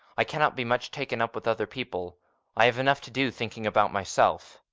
i can't be much taken up with other people i have enough to do thinking about myself.